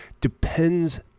depends